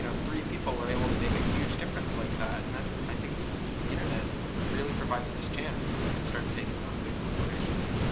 and three people were able to make a huge difference like that. and that, i think, means the internet really provides this chance where we can start taking on big corporations.